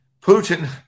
Putin